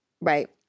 Right